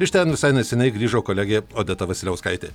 iš ten visai neseniai grįžo kolegė odeta vasiliauskaitė